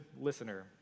listener